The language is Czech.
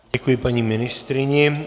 Děkuji paní ministryni.